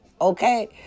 okay